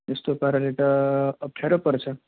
यस्तो पाराले त अप्ठ्यारो पर्छ